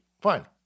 Fine